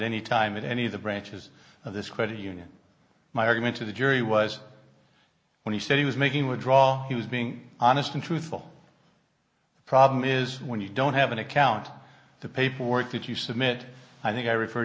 any time in any of the branches of this credit union my argument to the jury was when he said he was making withdraw he was being honest and truthful the problem is when you don't have an account the paperwork that you submit i think i refer